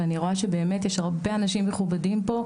ואני רואה שבאמת יש הרבה אנשים מכובדים פה,